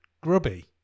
grubby